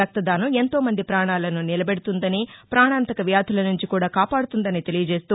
రక్తదానం ఎంతో మంది ప్రాణాలను నిలబెడుతుందని ప్రాణాంతక వ్యాధులనుంచి కూడా కాపాడుతుందని తెలియచేస్తూ